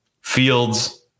fields